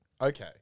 okay